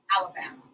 Alabama